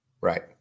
right